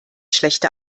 schlechte